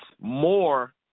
more